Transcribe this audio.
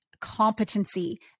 competency